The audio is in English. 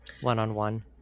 one-on-one